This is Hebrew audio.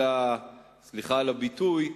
וסליחה על הביטוי,